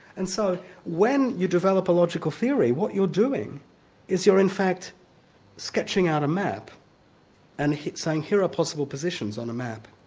and so when you develop a logical theory what you're doing is you're in fact sketching out a map and saying, here are possible positions on a map,